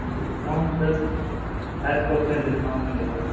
discount sir five percent discount मिलेगा आपको